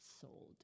sold